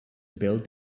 build